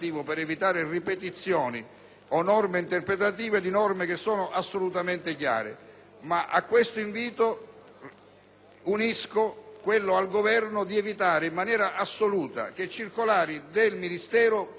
unisco quello al Governo di evitare in maniera assoluta che circolari del Ministero possano derogare a norme di legge. Le leggi le fa il Parlamento, non le fanno i Ministeri con le loro circolari.